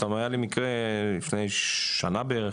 היה לי מקרה לפני שנה בערך,